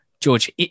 George